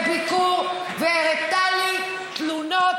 בביקור והראתה לי תלונות